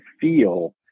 feel